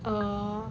err